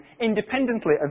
independently